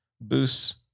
boost